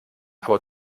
aber